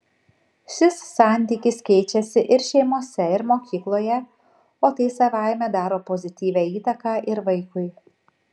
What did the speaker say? šis santykis keičiasi ir šeimose ir mokykloje o tai savaime daro pozityvią įtaką ir vaikui